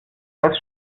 als